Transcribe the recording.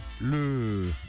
le